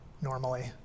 normally